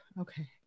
okay